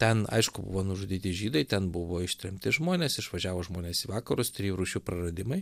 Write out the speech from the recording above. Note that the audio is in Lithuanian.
ten aišku buvo nužudyti žydai ten buvo ištremti žmonės išvažiavo žmonės į vakarus trijų rūšių praradimai